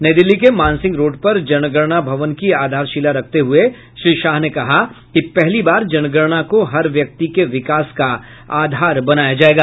नई दिल्ली के मानसिंह रोड पर जनगणना भवन की आधारशिला रखते हुए श्री शाह ने कहा कि पहली बार जनगणना को हर व्यक्ति के विकास का आधार बनाया जाएगा